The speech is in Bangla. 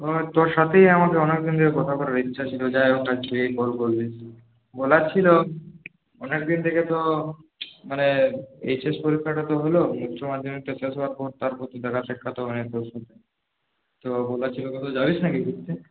তোর সাথেই আমাকে অনেকদিন ধরে কথা করার ইচ্ছা ছিল যাই হোক আজ তুইই কল করলি বলার ছিল অনেকদিন থেকে তো মানে এইচএস পরীক্ষাটা তো হলো উচ্চমাধ্যমিকটা শেষ হওয়ার পর তারপর তো দেখা সাক্ষাৎও হয়নি তোর সাথে তো বলার ছিল যে কোথাও যাবি নাকি ঘুরতে